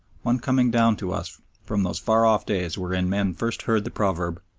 one coming down to us from those far-off days wherein men first heard the proverb,